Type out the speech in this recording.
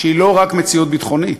שהיא לא רק מציאות ביטחונית,